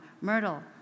myrtle